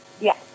Yes